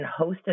hosted